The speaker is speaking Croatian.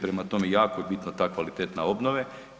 Prema tome jako je bitna ta kvaliteta obnove.